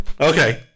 okay